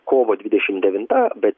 kovo dvidešim devinta bet